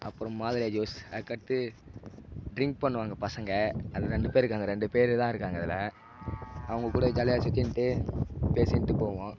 அப்புறம் மாதுளை ஜூஸ் அதுக்கு அடுத்து ட்ரிங்க் பண்ணுவாங்க பசங்க அது ரெண்டு பேர் இருக்காங்க ரெண்டு பேர் தான் இருக்காங்க அதில் அவங்க கூட ஜாலியாக சுத்தின்னுட்டு பேசின்னுட்டு போவோம்